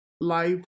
life